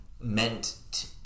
meant